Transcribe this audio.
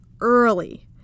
early